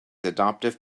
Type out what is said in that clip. adoptive